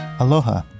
Aloha